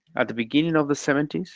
at the beginning of the seventy s,